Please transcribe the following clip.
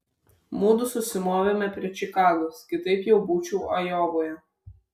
mudu susimovėme prie čikagos kitaip jau būčiau ajovoje